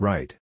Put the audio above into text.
Right